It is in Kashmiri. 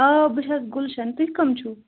آ بہٕ چھَس گُلشَن تُہۍ کٕم چھُو